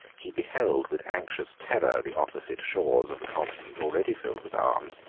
he beheld, with anxious terror, the opposite shores of the continent already filled with arms,